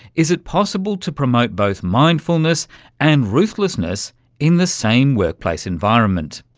is it possible to promote both mindfulness and ruthlessness in the same workplace environment?